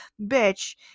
bitch